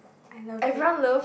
I love it